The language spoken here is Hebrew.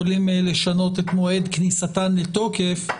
יכולים לשנות את מועד כניסתן לתוקף.